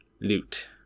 loot